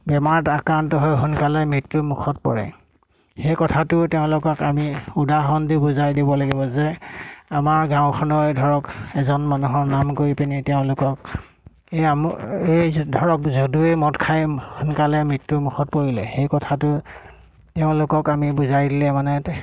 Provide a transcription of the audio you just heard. বেমাৰত আক্ৰান্ত হৈ সোনকালে মৃত্যুৰ মুখত পৰে সেই কথাটো তেওঁলোকক আমি উদাহৰণ দি বুজাই দিব লাগিব যে আমাৰ গাঁওখনৰ ধৰক এজন মানুহৰ নাম কৰি পিনি তেওঁলোকক এই আম এই ধৰক যদুৱে মদ খাই সোনকালে মৃত্যুৰ মুখত পৰিলে সেই কথাটো তেওঁলোকক আমি বুজাই দিলে মানে